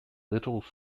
little